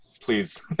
please